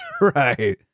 right